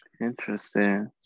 Interesting